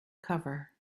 cover